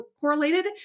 correlated